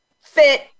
fit